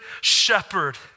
shepherd